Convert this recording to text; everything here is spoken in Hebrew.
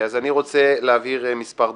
אז אני רוצה להבהיר מספר דברים: